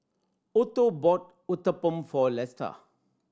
Otho bought Uthapam for Lesta